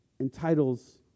entitles